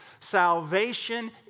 Salvation